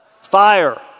Fire